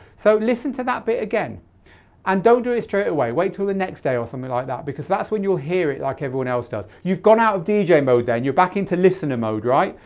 so listen to that bit again and don't do it straight away, wait till the next day or something like that because that's when you'll hear it like everyone else does. you've gone out of dj mode then, you're back into listener mode, right?